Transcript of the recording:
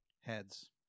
Heads